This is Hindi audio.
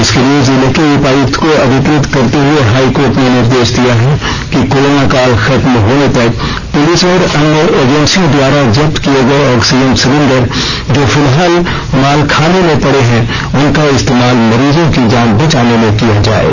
इसके लिए जिले के उपायुक्त को अधिकृत करते हुए हाईकोर्ट ने निर्देश दिया है कि कोरोना काल खत्म होने तक पुलिस और अन्य एजेंसियों द्वारा जब्त किये गए ऑक्सीजन सिलेंडर जो फिलहाल मालखाने में पड़े हैं उनका इस्तेमाल मरीजों की जान बचाने में किया जाये